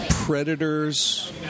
predators